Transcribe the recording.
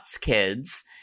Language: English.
kids